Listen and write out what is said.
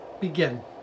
Begin